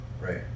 Right